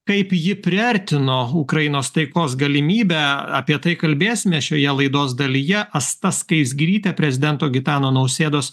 kaip ji priartino ukrainos taikos galimybę apie tai kalbėsime šioje laidos dalyje asta skaisgirytė prezidento gitano nausėdos